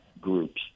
groups